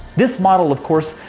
this model, of course,